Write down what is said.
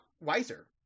wiser